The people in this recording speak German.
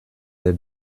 der